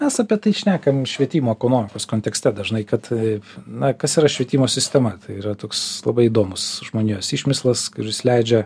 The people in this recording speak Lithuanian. mes apie tai šnekam švietimo ekonomikos kontekste dažnai kad na kas yra švietimo sistema tai yra toks labai įdomus žmonijos išmislas kuris leidžia